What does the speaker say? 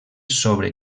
sobre